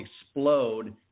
explode